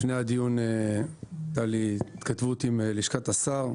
לפני הדיון הייתה לי התכתבות עם לשכת השר.